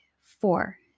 four